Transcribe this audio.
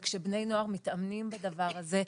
כשבני נוער מתאמנים בדבר הזה,